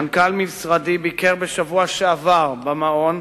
מנכ"ל משרדי ביקר בשבוע שעבר במעון,